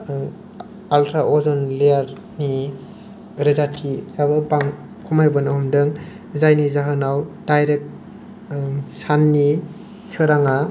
ultra अज'न लेयार नि रोजाथिफोराबो खमायबोनो हमदों जायनि जाहोनाव दाइरेक्ट साननि सोरांआ